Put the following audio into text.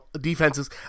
defenses